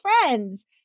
friends